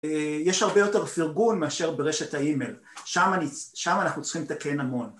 יש הרבה יותר פרגון מאשר ברשת האימייל, שם אנחנו צריכים לתקן המון.